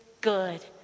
good